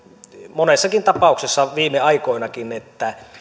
monessakin tapauksessa viime aikoinakin että